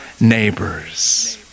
neighbors